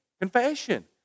confession